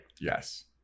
yes